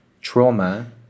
trauma